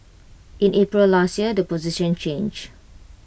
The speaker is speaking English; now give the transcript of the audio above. in April last year the position changed